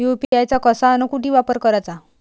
UPI चा कसा अन कुटी वापर कराचा?